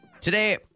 Today